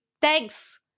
Thanks